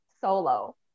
solo